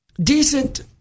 decent